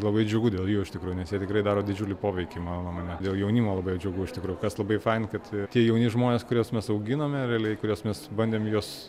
labai džiugu dėl jų iš tikrųjų nes jie tikrai daro didžiulį poveikį mano nuomone dėl jaunimo labai džiugu iš tikro kas labai faina kad tie jauni žmonės kuriuos mes auginame realiai kurios mes bandėm juos